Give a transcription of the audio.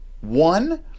One